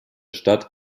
stadt